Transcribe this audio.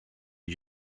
you